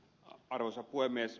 arvoisa puhemies